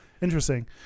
Interesting